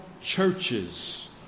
churches